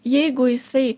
jeigu jisai